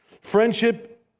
Friendship